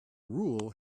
rule